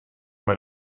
man